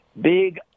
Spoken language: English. big